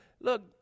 look